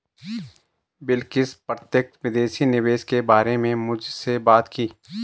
बिलकिश प्रत्यक्ष विदेशी निवेश के बारे में मुझसे बात की